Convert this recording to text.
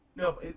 No